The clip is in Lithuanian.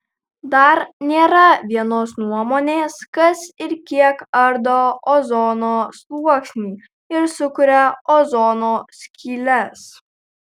dar nėra vienos nuomonės kas ir kiek ardo ozono sluoksnį ir sukuria ozono skyles